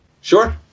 Sure